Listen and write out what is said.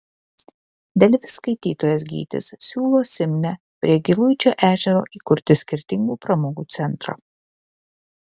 delfi skaitytojas gytis siūlo simne prie giluičio ežero įkurti skirtingų pramogų centrą